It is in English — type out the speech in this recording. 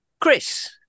Chris